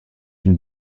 une